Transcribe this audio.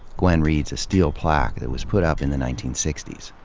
gwen reads a steel plaque that was put up in the nineteen sixty s.